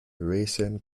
racing